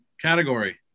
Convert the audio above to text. Category